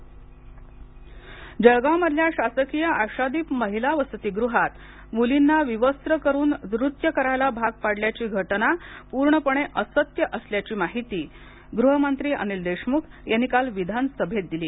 जळगाव वसतिगह घटना जळगावमधल्या शासकीय आशादीप महिला वसतीगृहात मुलींना विवस्त्र करून नृत्य करायला भाग पाडल्याची घटना पूर्णपणे असत्य असल्याची माहिती गृहमंत्री अनिल देशमूख यांनी काल विधानसभेत दिली